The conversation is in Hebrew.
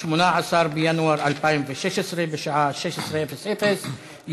18 בינואר 2016, בשעה 16:00.